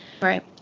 right